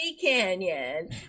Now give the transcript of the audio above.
Canyon